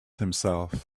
himself